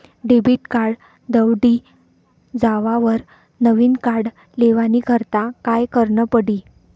Debit card दवडी जावावर नविन कार्ड लेवानी करता काय करनं पडी?